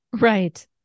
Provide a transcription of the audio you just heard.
right